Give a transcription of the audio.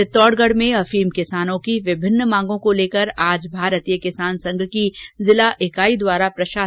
चित्तौडगढ में अफीम किसानों की विभिन्न मांगों को लेकर आज भारतीय किसान संघ की जिला इकाई द्वारा ज्ञापन दिया गया